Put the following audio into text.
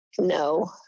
No